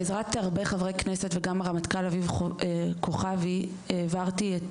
בעזרת הרבה חברי כנסת וגם הרמטכ"ל אביב כוכבי העברתי את